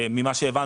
ממה שהבנו,